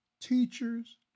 teachers